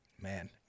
man